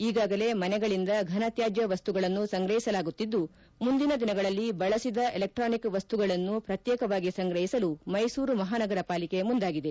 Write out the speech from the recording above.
ಈಗಾಗಲೇ ಮನೆಗಳಿಂದ ಘನ ತ್ಕಾಜ್ಯ ವಸ್ತುಗಳನ್ನು ಸಂಗ್ರಹಿಸಲಾಗುತ್ತಿದ್ದು ಮುಂದಿನ ದಿನಗಳಲ್ಲಿ ಬಳಸಿದ ಇಲೆಕ್ಟಾನಿಕ್ ವಸ್ತುಗಳನ್ನೂ ಪ್ರಕ್ಶೇಕವಾಗಿ ಸಂಗ್ರಹಿಸಲು ಮೈಸೂರು ಮಹಾನಗರ ಪಾಲಿಕ ಮುಂದಾಗಿದೆ